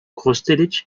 kosteliç